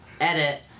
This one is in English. Edit